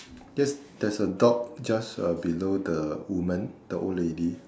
yes there's a dog just uh below the woman the old lady